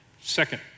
Second